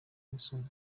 nelson